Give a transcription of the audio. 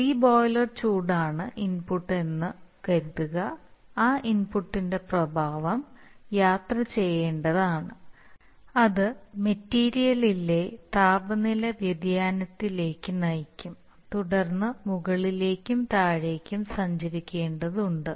re boiler ചൂട് ആണ് input എന്ന് കരുതുക ആ ഇൻപുട്ടിന്റെ പ്രഭാവം യാത്ര ചെയ്യേണ്ടതാണ് അത് മെറ്റീരിയലിലെ താപനില വ്യതിയാനത്തിലേക്ക് നയിക്കും തുടർന്ന് മുകളിലേക്കും താഴേക്കും സഞ്ചരിക്കേണ്ടതുണ്ട്